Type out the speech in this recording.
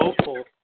hopeful